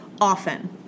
often